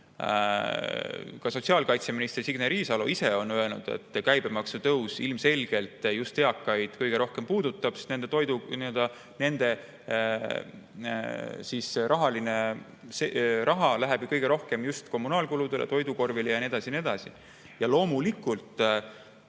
Ka sotsiaalkaitseminister Signe Riisalo ise on öelnud, et käibemaksu tõus ilmselgelt just eakaid kõige rohkem puudutab, sest nende raha läheb kõige rohkem just kommunaalkuludele, toidukorvile ja nii edasi ja nii